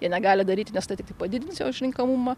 jie negali daryti nes tai tik padidins jo išrenkamumą